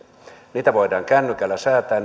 toimintoja voidaan kännykällä säätää